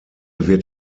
wird